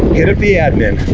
hit up the admin.